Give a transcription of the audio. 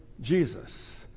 Jesus